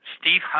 steve